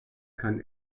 kann